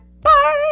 Bye